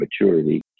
maturity